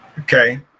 Okay